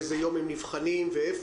באיזה יום הם נבחנים ואיפה?